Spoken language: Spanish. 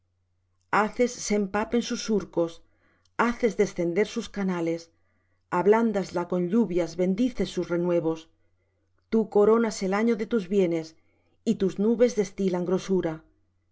haces se empapen sus surcos haces descender sus canales ablándasla con lluvias bendices sus renuevos tú coronas el año de tus bienes y tus nubes destilan grosura